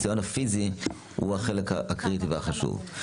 הוא החלק הקריטי והחשוב.